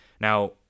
Now